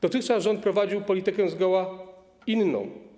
Dotychczas rząd prowadził politykę zgoła inną.